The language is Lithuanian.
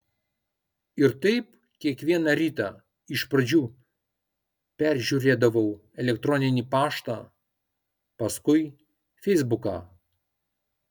ir taip kiekvieną rytą iš pradžių peržiūrėdavau elektroninį paštą paskui feisbuką